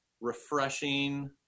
refreshing